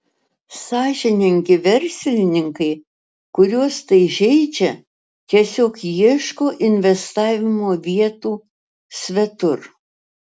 sąžiningi verslininkai kuriuos tai žeidžia tiesiog ieško investavimo vietų svetur